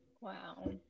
wow